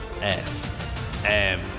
FM